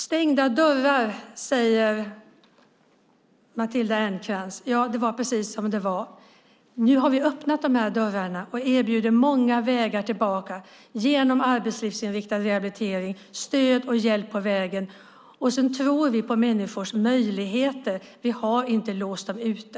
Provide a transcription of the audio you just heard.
Matilda Ernkrans talar om stängda dörrar. Ja, det var precis så det var. Nu har vi öppnat dessa dörrar och erbjuder många vägar tillbaka genom arbetslivsinriktad rehabilitering och stöd och hjälp på vägen. Sedan tror vi på människors möjligheter. Vi har inte låst dem ute.